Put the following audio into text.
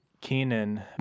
Kenan